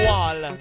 Wall